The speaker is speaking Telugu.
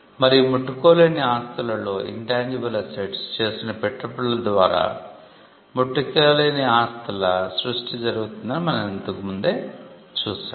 మరియు ముట్టుకోలేని ఆస్తులలో సృష్టి జరుగుతుందని మనం ఇంతకు ముందే చూసాం